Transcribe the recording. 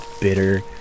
bitter